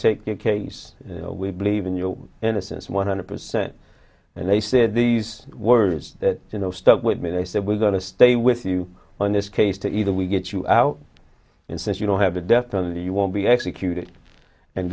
the case we believe in your innocence one hundred percent and they said these words you know stuck with me they said we're going to stay with you on this case to either we get you out and since you don't have a death penalty you won't be executed and